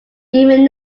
even